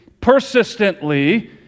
persistently